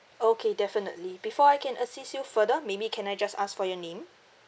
okay definitely before I can assist you further maybe can I just ask for your name